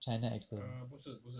china accent